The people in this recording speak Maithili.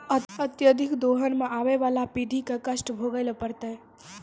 अत्यधिक दोहन सें आबय वाला पीढ़ी क कष्ट भोगै ल पड़तै